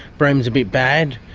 broome is a bit bad.